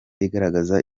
igaragaza